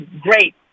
great